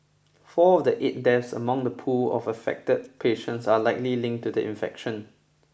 four of the eight deaths among the pool of affected patients are likely linked to the infection